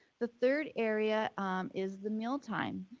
the third area is the meal time.